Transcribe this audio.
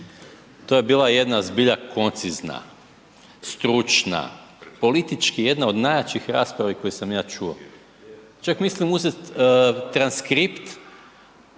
to je bila jedna zbilja koncizna, stručna, politički jedna od najjačih rasprava koju sam ja čuo, čak mislim uzet transkript